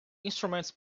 instruments